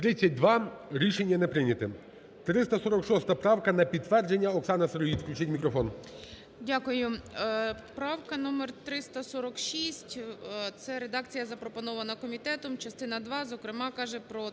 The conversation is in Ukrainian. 32. Рішення не прийняте. 346 правка на підтвердження, Оксана Сироїд. Включіть мікрофон.